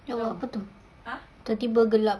tengah buat apa tu tiba-tiba gelap